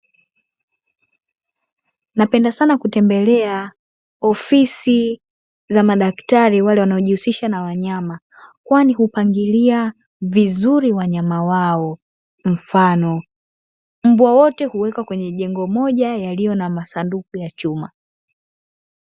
Napenda sana kutembelea ofisi za madaktari wanaojihusisha na wanyama, kwani hupangilia vizuri wanyama wao mfano mbwa wote huwekwa kwenye jengo moja lililo na masanduku ya chuma.